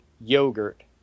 yogurt